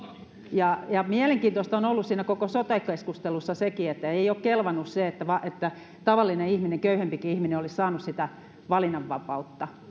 ja ja mielenkiintoista on on ollut koko siinä sote keskustelussa sekin että ei ole kelvannut se että tavallinen ihminen köyhempikin ihminen olisi saanut sitä valinnanvapautta